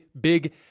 big